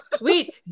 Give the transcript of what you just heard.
Wait